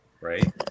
Right